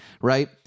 right